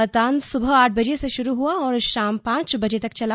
मतदान सुबह आठ बजे से शुरू हुआ और शाम पांच बजे तक चला